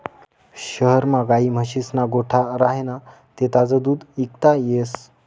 शहरमा गायी म्हशीस्ना गोठा राह्यना ते ताजं दूध इकता येस